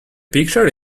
picture